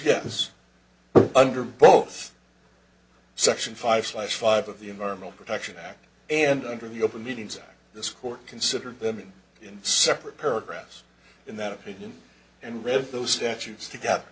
yes under both section five slice five of the environmental protection act and under the open meetings of this court consider them in separate paragraphs in that opinion and read those statutes together